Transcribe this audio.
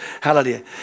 hallelujah